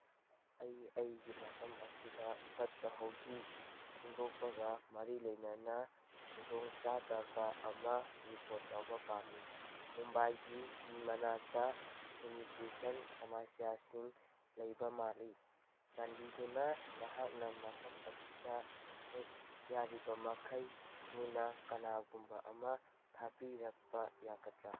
ꯑꯩ ꯑꯩꯒꯤ ꯃꯐꯝ ꯑꯁꯤꯗ ꯐꯠꯇ ꯍꯥꯎꯗꯤ ꯈꯣꯝꯗꯣꯛꯄꯒ ꯃꯔꯤ ꯂꯩꯅꯅ ꯈꯨꯗꯣꯡꯆꯥꯗꯕ ꯑꯃ ꯔꯤꯄꯣꯔꯠ ꯇꯧꯕ ꯄꯥꯝꯃꯤ ꯃꯨꯝꯕꯥꯏꯒꯤ ꯀꯤ ꯃꯅꯥꯛꯇ ꯁꯦꯅꯤꯇ꯭ꯔꯤꯁꯟ ꯁꯃꯁ꯭ꯌꯥꯁꯤꯡ ꯂꯩꯕ ꯃꯥꯜꯂꯤ ꯆꯥꯟꯕꯤꯗꯨꯅ ꯅꯍꯥꯛꯅ ꯃꯐꯝ ꯑꯁꯤꯗ ꯍꯦꯛ ꯌꯥꯔꯤꯕꯃꯈꯩ ꯊꯨꯅ ꯀꯅꯥꯒꯨꯝꯕ ꯑꯃ ꯊꯥꯕꯤꯔꯛꯄ ꯌꯥꯒꯗ꯭ꯔꯥ